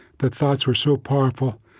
the thoughts were so powerful.